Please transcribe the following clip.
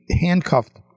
handcuffed